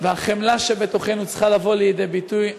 והחמלה שבתוכנו צריכה לבוא לידי ביטוי.